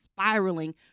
spiraling